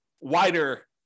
wider